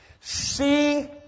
see